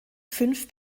fünf